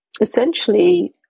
essentially